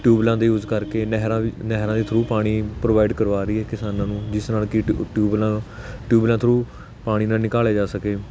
ਟਿਊਵੈਲਾਂ ਦੇ ਯੂਜ ਕਰਕੇ ਨਹਿਰਾਂ ਨਹਿਰਾਂ ਦੇ ਥਰੂ ਪਾਣੀ ਪ੍ਰੋਵਾਈਡ ਕਰਵਾ ਰਹੀ ਕਿਸਾਨਾਂ ਨੂੰ ਜਿਸ ਨਾਲ ਕਿ ਟਿ ਟਿਊਬਵੈੱਲਾਂ ਟਿਊਬਵੈੱਲਾਂ ਥਰੂ ਪਾਣੀ ਨਾਲ ਨਿਕਾਲੇ ਜਾ ਸਕੇ